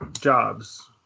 jobs